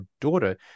daughter